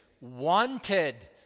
wanted